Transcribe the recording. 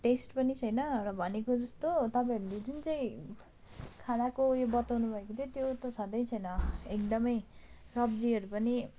test पनि छैन र भनेको जस्तो तपाईँहरूले जुन चाहिँ खानाको उयो बताउनु भएको थियो त्यो त छँदै थिएन एकदमै सब्जीहरू पनि